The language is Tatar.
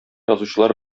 язучылар